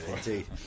indeed